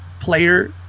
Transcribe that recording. player